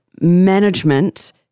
management